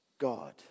God